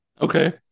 Okay